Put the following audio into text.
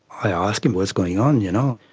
i asked him what's going on, you know,